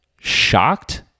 shocked